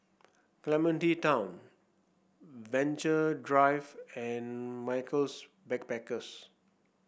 Clementi Town Venture Drive and Michaels Backpackers